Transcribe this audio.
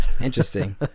Interesting